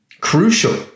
crucial